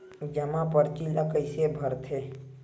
जमा परची ल कइसे भरथे?